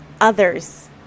others